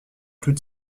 tout